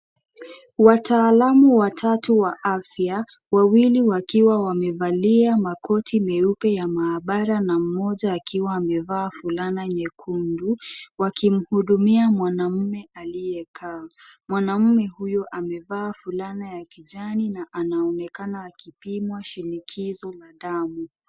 Wataalamu watatu wa afya wawili wakiwa wamevalia makoti meupe ya maabara na mmoja akiwa amevaa fulana nyekundu wakimhudumia mwanaume aliyekaa. Mwanaume huyu amevaa fulana ya kijani na anaonekana akipimwa shinikizo la damu.